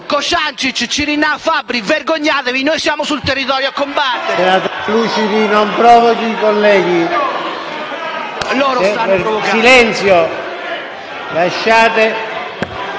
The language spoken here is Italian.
Cociancich, Cirinnà, Fabbri: vergognatevi! Noi siamo sul territorio a combattere!